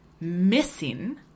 missing